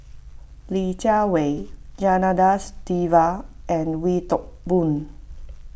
Li Jiawei Janadas Devan and Wee Toon Boon